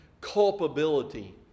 culpability